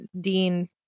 Dean